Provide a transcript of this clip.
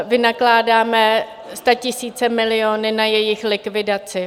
Vynakládáme statisíce, miliony na jejich likvidaci.